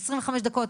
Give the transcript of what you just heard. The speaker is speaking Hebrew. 25 דקות,